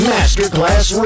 Masterclass